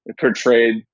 portrayed